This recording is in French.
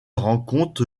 rencontre